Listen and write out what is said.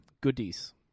Goodies